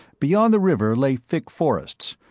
beyond the river lay thick forests,